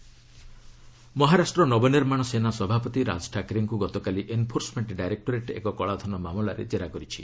ED ରାଜଠାକ୍ରେ Maharashtra Navnirman Sena ସଭାପତି ରାଜଠାକ୍ରେଙ୍କୁ ଗତକାଲି enforcement directorate ଏକ କଳାଧନ ମାମଲାରେ କେରା କରିଛି